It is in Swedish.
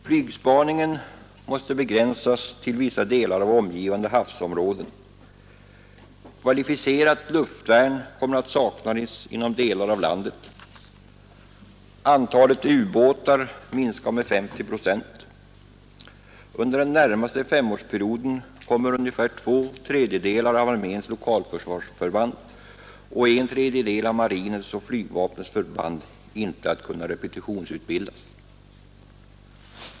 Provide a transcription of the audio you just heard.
Flygspaningen måste begränsas till vissa delar av omgivande havsområden. Kvalificerat luftvärn kommer att saknas inom delar av landet. Antalet ubåtar minskar med ca 50 procent. Under den närmaste femårsperioden kommer ungefär två tredjedelar av arméns lokalförsvarsförband och en tredjedel av marinens och flygvapnets förband inte att kunna repetitionsutbildas.